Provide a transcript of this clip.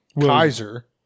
Kaiser